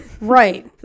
right